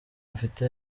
mfite